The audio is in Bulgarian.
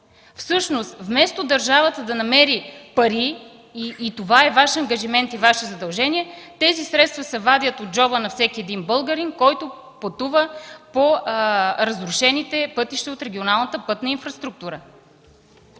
Всъщност вместо държавата да намери пари, и това е Ваш ангажимент и Ваше задължение, тези средства се вадят от джоба на всеки един българин, който пътува по разрушените пътища от регионалната пътна инфраструктура.